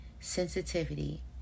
sensitivity